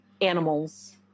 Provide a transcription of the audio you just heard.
animals